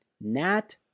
Nat